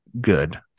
good